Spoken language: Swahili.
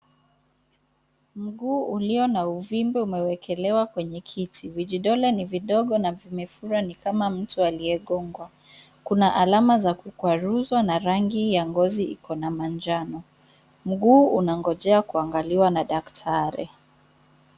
Mguu uliyo na uvimbe umewekelewa kwenye kiti, vijidole ni vidogo na vimefura ni kama mtu aliyegongwa. Kuna alama za kukwazurwa na rangi ya ngozi ikona manjano. Mguu unangojea kuangaliwa na daktari.